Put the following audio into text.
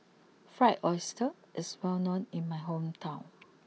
Fried Oyster is well known in my hometown